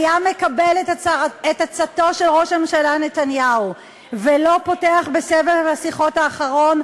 היה מקבל את עצתו של ראש הממשלה נתניהו ולא פותח בסבב השיחות האחרון,